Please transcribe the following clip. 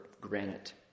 granite